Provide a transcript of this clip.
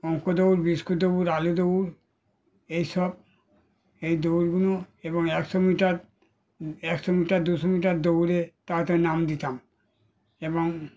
অঙ্ক দৌড় বিস্কুট দৌড় আলু দৌড় এইসব এই দৌড়গুলো এবং একশো মিটার একশো মিটার দুশো মিটার দৌড়ে তাতে নাম দিতাম এবং